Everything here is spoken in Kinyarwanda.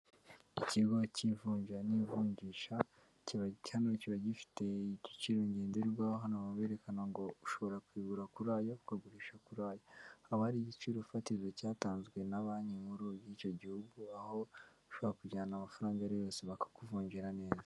Ikigo cy'ivunja n'ivunjisha kiba gifite igiciro ngenderwaho hano baba berekana ngo ushobora kurigura kuri aya, ukarigurisha kuri aya. Hakaba hari igiciro fatizo cyatanzwe na banki nkuru y'icyo gihugu, aho ushobora kujyana amafaranga ayo ariyo yose bakakuvunjira neza.